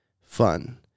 fun